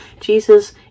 Jesus